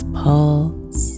pulse